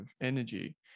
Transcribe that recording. energy